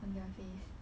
on their face